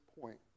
point